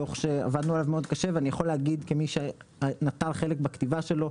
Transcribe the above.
דוח שעבדנו עליו מאוד קשה ואני יכול להגיד כמי שנטל חלק בכתיבה שלו,